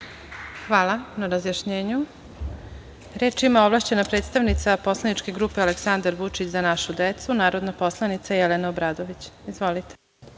Hvala na razjašnjenju. Reč ima ovlašćena predstavnica poslaničke grupe Aleksandar Vučić – Za našu decu narodna poslanica Jelena Obradović. Izvolite.